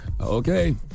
Okay